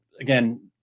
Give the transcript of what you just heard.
again